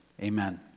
Amen